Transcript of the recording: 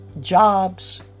jobs